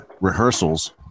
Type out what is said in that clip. rehearsals